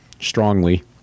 strongly